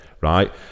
right